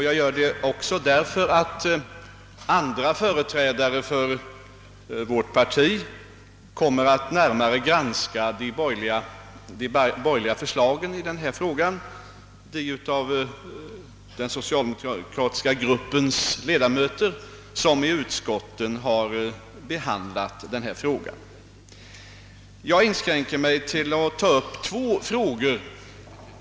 Jag gör det också därför att andra företrädare för vårt parti, de av den socialdemokratiska gruppens ledamöter som i utskotten har behandlat denna fråga, närmare kommer att granska de borgerliga förslagen. Jag skall här inskränka mig.